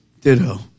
Ditto